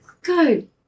good